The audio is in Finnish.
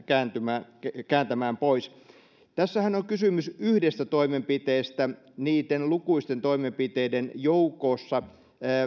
kääntämään kääntämään pois tässähän on kysymys yhdestä toimenpiteestä niitten lukuisten toimenpiteiden joukossa